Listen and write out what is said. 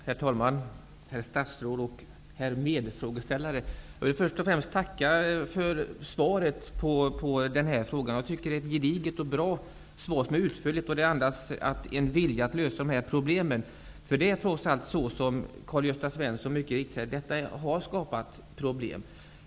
Herr talman! Herr statsråd och herr medfrågeställare! Jag vill först och främst tacka för svaret på denna fråga. Jag tycker att det är ett gediget och bra svar. Det är utförligt och andas en vilja från arbetsmarknadsministerns sida att vilja lösa dessa problem. Som Karl-Gösta Svenson sade har detta mycket riktigt skapat problem.